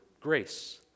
grace